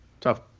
tough